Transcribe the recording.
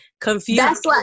confused